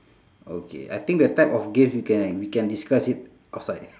okay I think the type of games we can we can discuss it outside